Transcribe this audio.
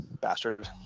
Bastard